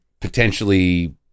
potentially